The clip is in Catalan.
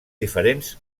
diferents